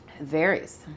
Varies